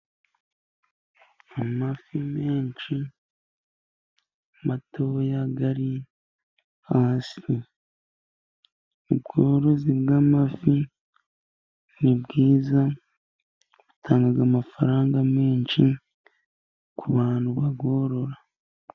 Amafi menshi matoya ari hasi. Ubworozi bw' amafi ni bwiza, batanga amafaranga menshi ku bantu bayorora.